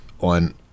on